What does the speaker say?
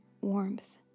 warmth